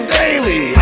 daily